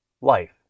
Life